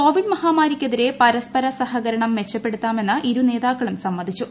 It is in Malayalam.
കോവിഡ് മഹാമാരിക്കെതിരെ പരസ്പര സഹകരണം മെച്ചപ്പെടുത്താമെന്ന് ഇരു നേതാക്കളും സമ്മതിച്ചു